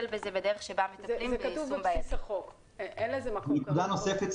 נקודה נוספת.